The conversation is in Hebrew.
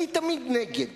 אני תמיד נגד.